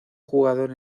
jugador